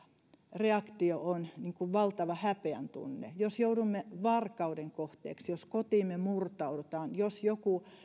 reaktio on valtava häpeän tunne jos joudumme varkauden kohteeksi jos kotiimme murtaudutaan jos joku